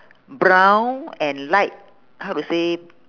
brown and light how to say